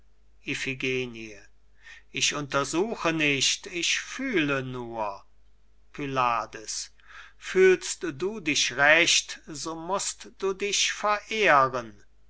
ich untersuche nicht ich fühle nur pylades fühlst du dich recht so mußt du dich verehren